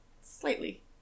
Slightly